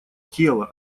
тело